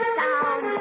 sound